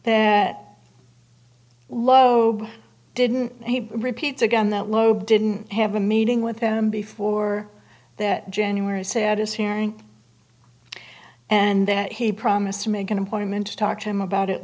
that lho didn't and he repeats again that loeb didn't have a meeting with them before that january said his hearing and that he promised to make an appointment to talk to him about it